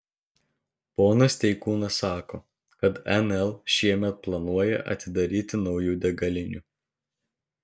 ponas steikūnas sako kad nl šiemet planuoja atidaryti naujų degalinių